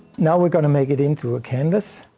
now we're going to make it into a canvas.